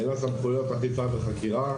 אין לה סמכויות חשיפה וחקירה,